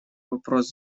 вопрос